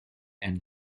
and